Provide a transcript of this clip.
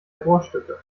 rohrstücke